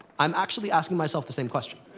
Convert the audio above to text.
i'm actually asking myself the same question.